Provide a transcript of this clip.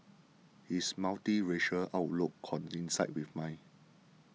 his multiracial outlook coincided with mine